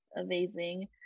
amazing